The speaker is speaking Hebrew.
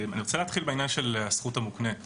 אני רוצה להתחיל בעניין של הזכות המוקנית